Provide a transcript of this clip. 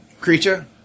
creature